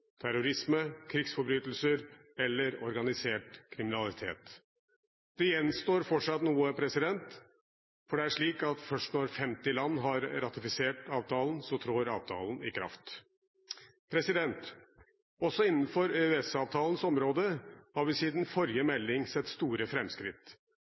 terrorisme, krigsforbrytelser eller organisert kriminalitet. Det gjenstår fortsatt noe, for først når 50 land har ratifisert avtalen, trår avtalen i kraft. Også innenfor EØS-avtalens område har vi siden forrige